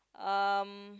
um